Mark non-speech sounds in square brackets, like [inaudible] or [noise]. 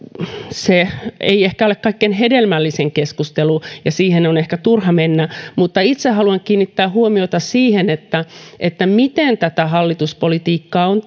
se ei ehkä ole kaikkein hedelmällisin keskustelu ja siihen on ehkä turha mennä itse haluan kiinnittää huomiota siihen miten tätä hallituspolitiikkaa on [unintelligible]